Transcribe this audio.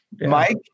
Mike